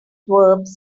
verbs